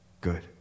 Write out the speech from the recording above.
good